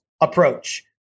approach